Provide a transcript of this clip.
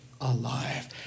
alive